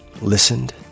listened